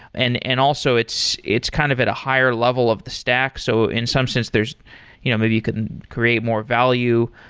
and and also, it's it's kind of at a higher level of the stack. so in some sense you know maybe you couldn't create more value.